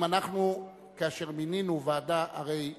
אם אנחנו, כשמינינו ועדה, הרי הנה,